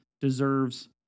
deserves